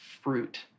fruit